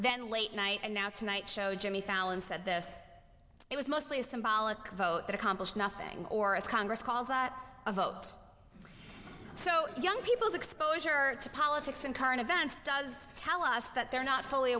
then late night and now tonight show jimmy fallon said this it was mostly a symbolic vote that accomplished nothing or as congress calls a vote so young people's exposure to politics and current events does tell us that they're not fully